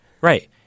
Right